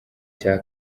cya